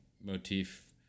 motif